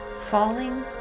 falling